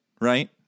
right